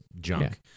junk